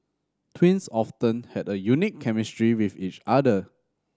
twins often have a unique chemistry with each other